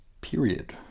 period